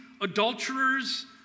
adulterers